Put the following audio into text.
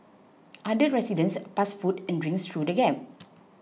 other residents passed food and drinks through the gap